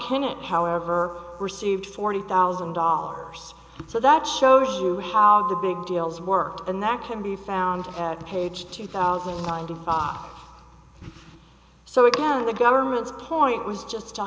however received forty thousand dollars so that shows you how the big deals worked and that can be found at page two thousand and ninety five so again the government's point was just